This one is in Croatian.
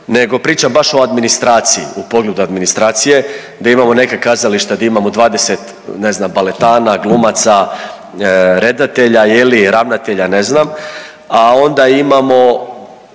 nego pričam baš o administraciji, u pogledu administracije da imamo neka kazališta 20 ne znam baletana, glumaca, redatelja je li, ravnatelja ne znam, a onda imamo